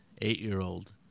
eight-year-old